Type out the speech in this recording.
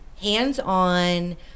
hands-on